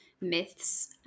myths